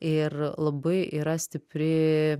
ir labai yra stipri